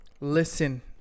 listen